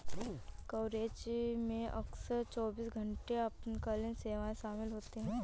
coverage में अक्सर चौबीस घंटे आपातकालीन सेवाएं शामिल होती हैं